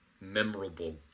memorable